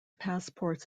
passports